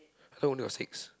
how come I only got six